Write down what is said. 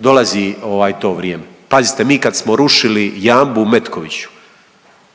dolazi ovaj to vrijeme. Pazite mi kad smo rušili Jambu u Metkoviću,